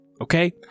okay